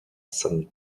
san